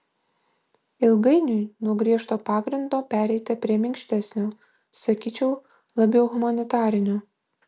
ilgainiui nuo griežto pagrindo pereita prie minkštesnio sakyčiau labiau humanitarinio